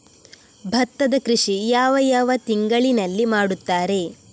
ಭತ್ತದ ಕೃಷಿ ಯಾವ ಯಾವ ತಿಂಗಳಿನಲ್ಲಿ ಮಾಡುತ್ತಾರೆ?